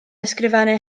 ysgrifennu